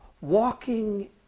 Walking